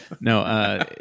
No